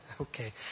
Okay